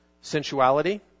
sensuality